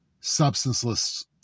substanceless